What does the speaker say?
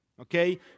okay